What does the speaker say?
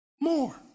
More